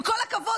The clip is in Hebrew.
עם כל הכבוד,